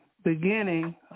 Beginning